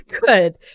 Good